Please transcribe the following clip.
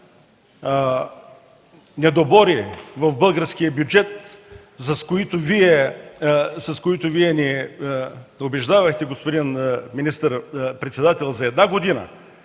недобори в българския бюджет, с които Вие ни убеждавахте, господин министър-председател, за една година,